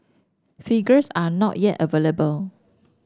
figures are not yet available